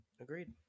agreed